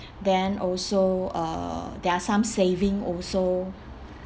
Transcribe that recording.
then also uh there are some saving also